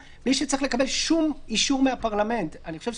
אין פיקוח אפקטיבי,